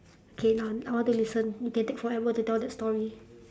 okay now I want to listen you can take forever to tell that story